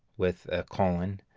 with a colon,